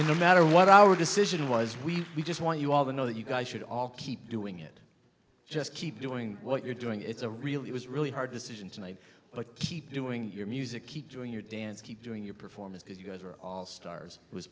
the matter what our decision was we just want you all the know that you guys should all keep doing it just keep doing what you're doing it's a really it was really hard decision tonight but keep doing your music keep doing your dance keep doing your performances you guys are all stars was